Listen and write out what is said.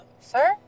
Sir